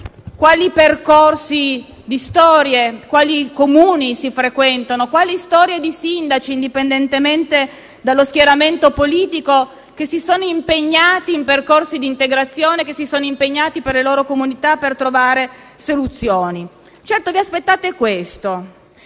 quali percorsi di storia, quali Comuni si frequentano, quali storie di sindaci, indipendentemente dallo schieramento politico, che si sono impegnati in percorsi di integrazione, per le loro comunità al fine di trovare soluzioni. Certo vi aspettate questo.